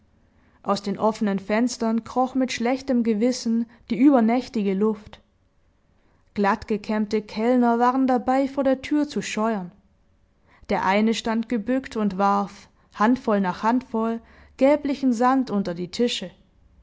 aus den offenen fenstern kroch mit schlechtem gewissen die übernächtige luft glattgekämmte kellner waren dabei vor der türe zu scheuern der eine stand gebückt und warf handvoll nach handvoll gelblichen sand unter die tische